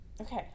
okay